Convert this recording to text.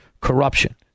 corruption